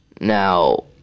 Now